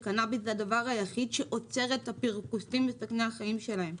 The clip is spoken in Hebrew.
שהקנביס זה הדבר היחיד שעוצר את הפרכוסים ואת תנאי החיים שלהם.